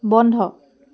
বন্ধ